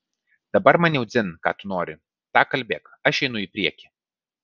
dabar man jau dzin ką tu nori tą kalbėk aš einu į priekį